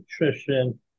nutrition